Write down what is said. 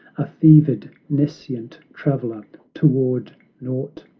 a fevered, nescient traveler toward naught.